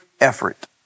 effort